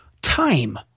time